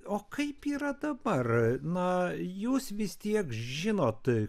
o kaip yra dabar na jūs vis tiek žinot